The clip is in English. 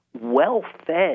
Well-fed